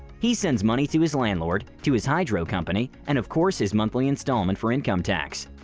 he sends money to his landlord, to his hydro company and of course his monthly installment for income tax.